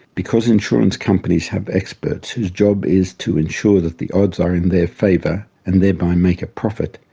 because insurance companies have experts whose job is to ensure that the odds are in their favour and thereby make a profit,